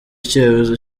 icyemezo